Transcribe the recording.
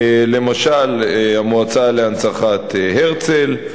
למשל המועצה להנצחת זכרו של הרצל,